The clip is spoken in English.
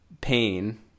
pain